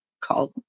called